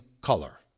color